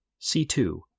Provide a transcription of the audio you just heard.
C2